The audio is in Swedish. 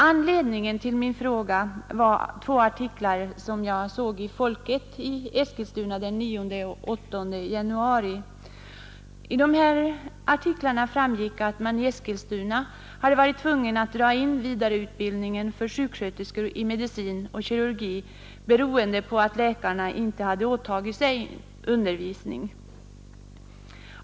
Anledningen till min fråga var två artiklar i tidningen Folket i Eskilstuna den 8 och den 10 januari. Av dessa artiklar framgick att man i Eskilstuna hade varit tvungen att inställa vidareutbildningen av sjuksköterskor i medicin och kirurgi beroende på att läkarna inte hade åtagit sig undervisning.